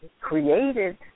created